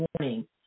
morning